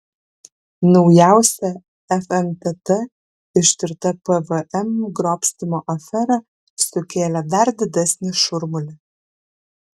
naujausia fntt ištirta pvm grobstymo afera sukėlė dar didesnį šurmulį